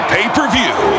Pay-Per-View